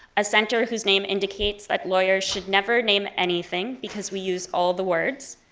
a center whose name indicates that lawyers should never name anything, because we use all the words,